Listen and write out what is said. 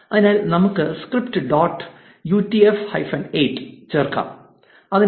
അതിനായി നമുക്ക് സ്ക്രിപ്റ്റിൽ ഡോട്ട് എൻകോഡ് യുടിഎഫ് 8